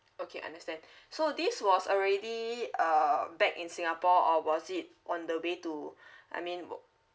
okay understand so this was already uh back in singapore or was it on the way to I mean wo~